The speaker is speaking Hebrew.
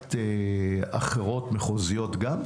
ובפרקליטויות אחרות, מחוזיות, גם?